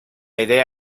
idea